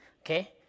okay